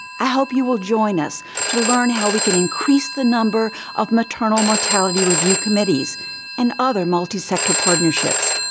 i hope you will join us to learn how we can increase the number of maternal mortality review committees and other multisector partnerships.